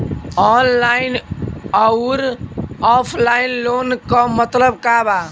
Online अउर offline loan क मतलब का बा?